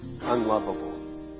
unlovable